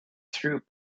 through